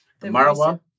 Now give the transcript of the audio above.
Marawa